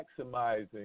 maximizing